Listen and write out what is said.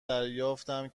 دریافتم